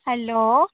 hello